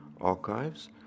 Archives